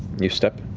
you step.